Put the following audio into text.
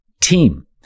team